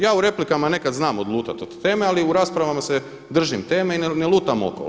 Ja u replikama nekad znam odlutat od teme, ali u raspravama se držim teme i ne lutam okolo.